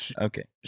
Okay